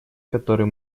который